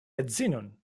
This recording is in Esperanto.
edzinon